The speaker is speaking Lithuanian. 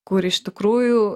kur iš tikrųjų